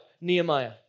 nehemiah